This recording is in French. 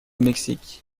mexique